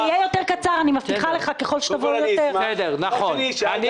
זה יהיה יותר קצר, אני מבטיחה, ככל שתבואו יותר.